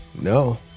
No